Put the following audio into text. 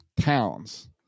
towns